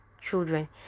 children